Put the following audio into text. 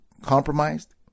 compromised